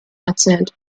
erzählt